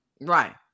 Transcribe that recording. Right